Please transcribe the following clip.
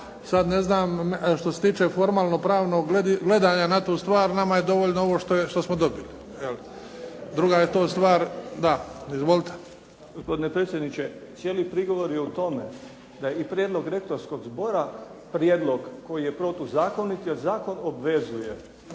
sada ne znam što se tiče formalno pravnog gledanja na tu stvar, nama je dovoljno ovo što smo dobili. Druga je to stvar. Da. Izvolite. **Flego, Gvozden Srećko (SDP)** Gospodine predsjedniče. Cijeli prigovor je u tome da i prijedlog rektorskog zbora, prijedlog koji je protuzakoniti, jer zakon obvezuje